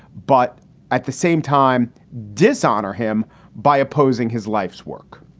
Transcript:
but at the same time dishonor him by opposing his life's work.